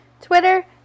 Twitter